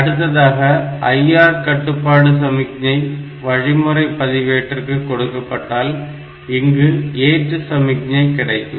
அடுத்ததாக IR கட்டுப்பாட்டு சமிக்ஞை வழிமுறை பதிவேட்டிதற்கு கொடுக்கப்பட்டால் இங்கு ஏற்று சமிக்ஞை கிடைக்கும்